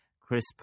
Crisp